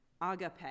Agape